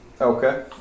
Okay